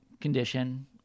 condition